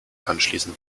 anschließen